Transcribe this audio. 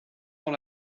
dans